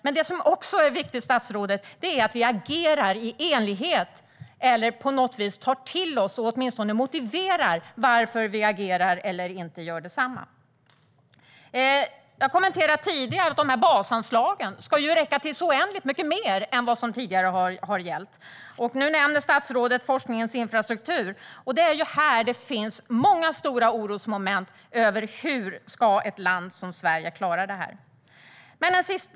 Men det som också är viktigt, statsrådet, är att vi agerar i enlighet med detta eller på något vis åtminstone motiverar varför vi agerar eller inte gör detsamma. Jag kommenterade tidigare att basanslagen ska räcka till oändligt mycket mer än vad som tidigare har gällt. Nu nämner statsrådet forskningens infrastruktur. Det är här det finns många stora orosmoment. Hur ska ett land som Sverige klara detta? Jag har en fråga.